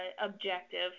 objective